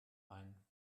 ein